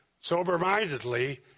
sober-mindedly